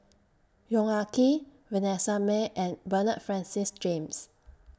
Yong Ah Kee Vanessa Mae and Bernard Francis James